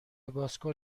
بازکن